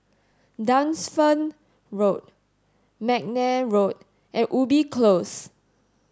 Dunsfold Road McNair Road and Ubi Close